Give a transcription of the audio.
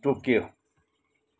Tokyo